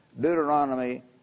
Deuteronomy